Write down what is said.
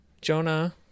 Jonah